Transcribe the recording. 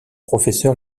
professeur